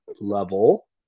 level